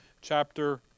chapter